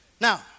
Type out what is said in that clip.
Now